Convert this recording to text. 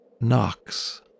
knocks